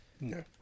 No